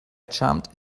jumped